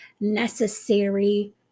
necessary